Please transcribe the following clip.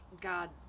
God